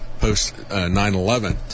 post-9-11